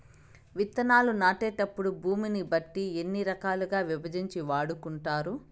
విత్తనాలు నాటేటప్పుడు భూమిని బట్టి ఎన్ని రకాలుగా విభజించి వాడుకుంటారు?